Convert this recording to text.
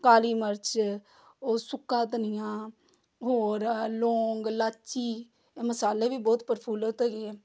ਕਾਲੀ ਮਿਰਚ ਉਹ ਸੁੱਕਾ ਧਨੀਆ ਹੋਰ ਲੋਂਗ ਲਾਚੀ ਮਸਾਲੇ ਵੀ ਬਹੁਤ ਪ੍ਰਫੁੱਲਤ ਹੈਗੇ ਆ